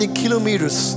kilometers